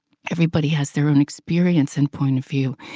everybody has their own experience and point of view.